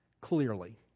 Clearly